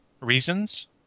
reasons